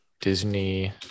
Disney